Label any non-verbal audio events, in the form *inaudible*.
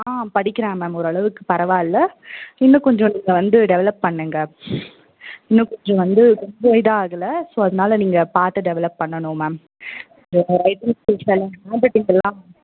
ஆ படிக்கிறான் மேம் ஓரளவுக்கு பரவாயில்ல இன்னும் கொஞ்சம் நீங்கள் வந்து டெவலப் பண்ணுங்கள் இன்னும் கொஞ்சம் வந்து கொஞ்சம் இதாகலை ஸோ அதனால நீங்கள் பார்த்து டெவலப் பண்ணணும் மேம் ரைட்டிங் *unintelligible* ஹேண்ட் ரைட்டிங்குலாம்